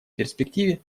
перспективе